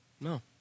No